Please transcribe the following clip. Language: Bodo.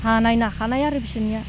हानाय नाखानाय आरो बिसोरनिया